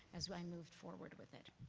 as i moved forward with it.